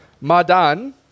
Madan